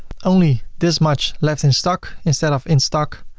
only this much left in stock instead of in stock.